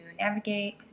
navigate